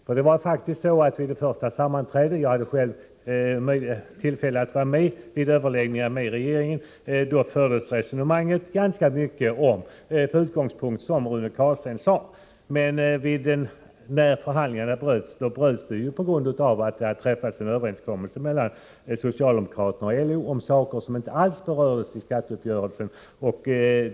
Vid den första överläggningen med regeringen, då jag själv hade tillfälle att vara med, fördes resonemanget ganska mycket med utgångspunkt i det som Rune Carlstein sade. Men förhandlingarna avbröts på grund av att det hade träffats en överenskommelse mellan socialdemokraterna och LO om saker som inte alls berördes i skatteuppgörelsen.